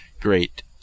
great